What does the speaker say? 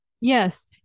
Yes